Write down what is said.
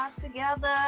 together